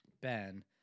Ben